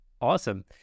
Awesome